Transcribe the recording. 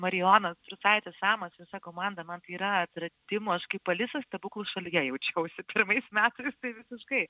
marijonas prūsaitis samas visa komanda man tai yra atradimas aš kaip alisos stebuklų šalyje jaučiausi pirmais metais tai visiškai